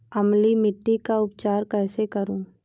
अम्लीय मिट्टी का उपचार कैसे करूँ?